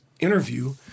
interview